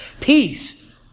Peace